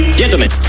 gentlemen